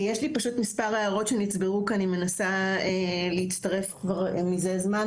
יש לי פשוט מספר הערות שנצברו כי אני מנסה להצטרף כבר מזה זמן,